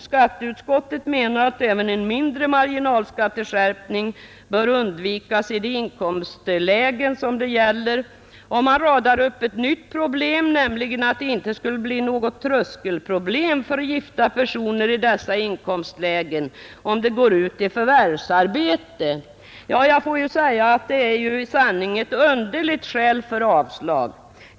Skatteutskottet anser att även en mindre marginalskattskärpning bör undvikas i de inkomstlägen som det gäller, och man anför att det inte skulle bli något tröskelproblem för gifta personer i dessa inkomstlägen om de går ut i förvärvsarbete. Det är i sanning ett underligt skäl för avstyrkande.